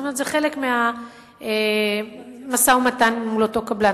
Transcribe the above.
כלומר זה חלק מהמשא-ומתן עם אותו קבלן,